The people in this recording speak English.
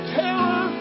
terror